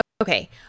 Okay